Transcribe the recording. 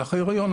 במהלך ההיריון,